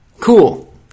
Cool